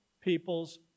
people's